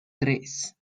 tres